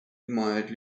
admired